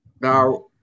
Now